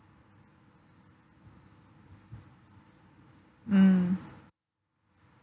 mm